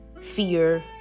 fear